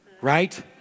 Right